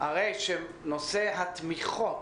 הרי שנושא התמיכות